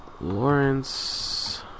Lawrence